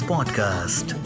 Podcast